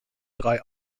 drei